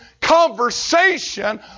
conversation